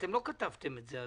אתם לא כתבתם את זה,